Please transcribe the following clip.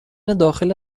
داخل